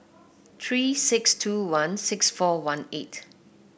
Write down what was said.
three six two one six four one eight